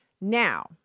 now